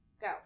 Go